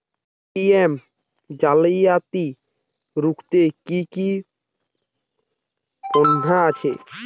ATM জালিয়াতি রুখতে কি কি পন্থা আছে?